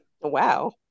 Wow